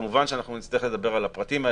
כמובן שנצטרך לדבר על הפרטים.